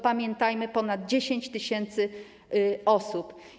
Pamiętajmy, że to ponad 10 tys. osób.